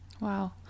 Wow